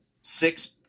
six